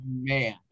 Man